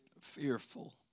fearful